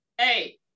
hey